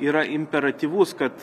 yra imperatyvus kad